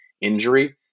injury